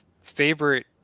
favorite